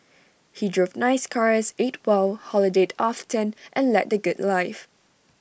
he drove nice cars ate well holidayed often and led the good life